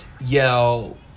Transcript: yell